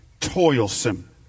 toilsome